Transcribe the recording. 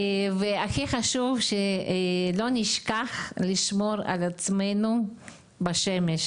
הכי חשוב שלא נשכח לשמור על עצמנו בשמש,